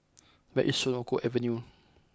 where is Senoko Avenue